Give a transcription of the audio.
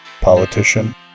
politician